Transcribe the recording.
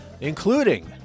including